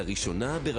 ואחרות.